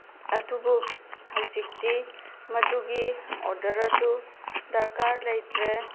ꯑꯗꯨꯕꯨ ꯍꯧꯖꯤꯛꯇꯤ ꯃꯗꯨꯒꯤ ꯑꯣꯗꯔ ꯑꯗꯨ ꯗꯔꯀꯥꯔ ꯂꯩꯇ꯭ꯔꯦ